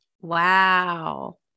wow